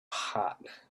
heart